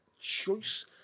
choice